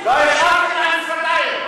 לא השארתם להם שפתיים,